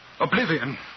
Oblivion